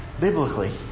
biblically